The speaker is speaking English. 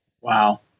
Wow